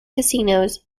casinos